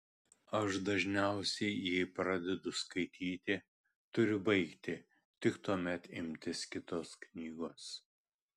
aš dažniausiai jei pradedu skaityti turiu baigti tik tuomet imtis kitos knygos